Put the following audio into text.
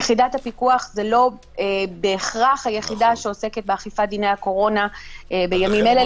יחידת הפיקוח זה לא בהכרח היחידה שעוסקת באכיפת דיני הקורונה בימים אלה,